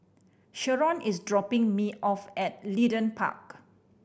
Sheron is dropping me off at Leedon Park